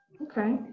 Okay